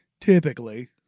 typically